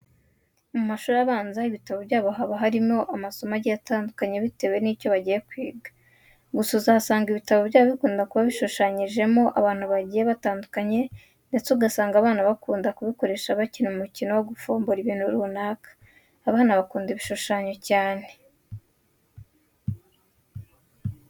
Mu mashuri abanza, ibitabo byabo haba harimo amasomo agiye atandukanye bietewe n'icyo bagiye kwiga. Gusa uzasanga ibitabo byabo bikunda kuba bishushanyijemo abantu bagiye batandukanye ndetse ugasanga abana bakunda kubikoresha bakina umukino wo gufombora ibintu runaka. Abana bakunda ibishushanyo cyane.